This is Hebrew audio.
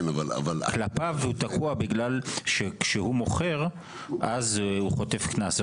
כלפיו הוא תקוע בגלל שכשהוא מוכר הוא חוטף קנס.